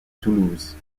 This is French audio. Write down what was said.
toulouse